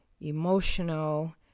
emotional